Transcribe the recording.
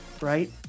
right